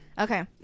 Okay